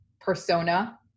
persona